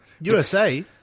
USA